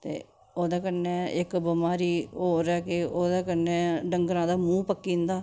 ते ओह्दे कन्नै इक बमारी होर ऐ कि ओह्दे कन्नै डंगरां दा मूंह पक्की जंदा